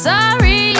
Sorry